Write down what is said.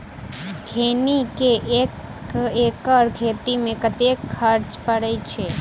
खैनी केँ एक एकड़ खेती मे कतेक खर्च परै छैय?